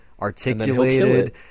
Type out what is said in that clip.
articulated